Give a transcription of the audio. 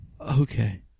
Okay